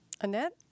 Annette